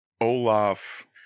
olaf